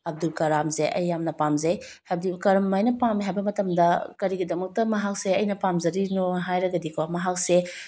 ꯑꯕꯗꯨꯜ ꯀꯥꯂꯥꯝꯁꯦ ꯑꯩ ꯌꯥꯝꯅ ꯄꯥꯝꯖꯩ ꯍꯥꯏꯕꯗꯤ ꯀꯔꯝꯃꯥꯏꯅ ꯄꯥꯝꯃꯤ ꯍꯥꯏꯕ ꯃꯇꯝꯗ ꯀꯔꯤꯒꯤꯗꯃꯛꯇ ꯃꯍꯥꯛꯁꯦ ꯑꯩꯅ ꯄꯥꯝꯖꯔꯤꯅꯣ ꯍꯥꯏꯔꯒꯗꯤꯀꯣ ꯃꯍꯥꯛꯁꯦ